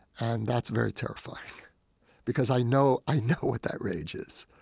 and that's very terrifying because i know i know what that rage is.